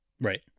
Right